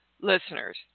listeners